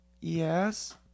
Yes